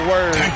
word